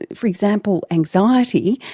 for example anxiety,